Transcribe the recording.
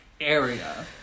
area